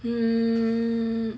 mm